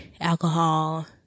alcohol